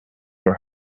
were